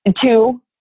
Two